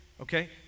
Okay